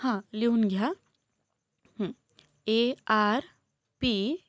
हां लिहून घ्या ए आर पी